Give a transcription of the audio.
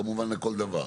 כמובן לכל דבר.